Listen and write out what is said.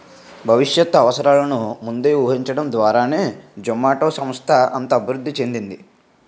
భవిష్యత్ అవసరాలను ముందే ఊహించడం ద్వారానే జొమాటో సంస్థ అంత అభివృద్ధి చెందింది